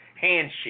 handshake